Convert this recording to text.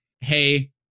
hey